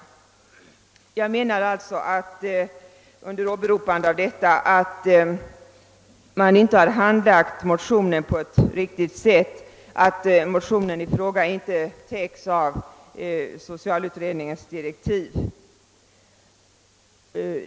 Under åberopande av detta hävdar jag, att vårt motionspar inte har handlagts på ett riktigt sätt och att dess innehåll inte täcks av socialutredningens direktiv.